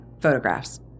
photographs